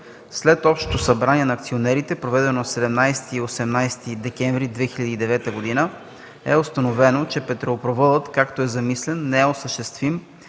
След Общото събрание на акционерите, проведено на 17 и 18 декември 2009 г., е установено, че петролопроводът, както е замислен, не е осъществим